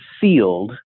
sealed